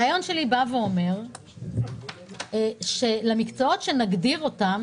הרעיון שלי אומר שלמקצועות שנגדיר אותם